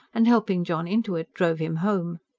and helping john into it drove him home.